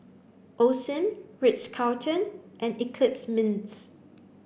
Osim Ritz Carlton and Eclipse Mints